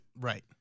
Right